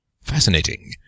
Fascinating